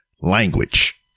language